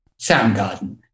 Soundgarden